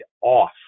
off